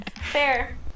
Fair